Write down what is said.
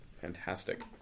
fantastic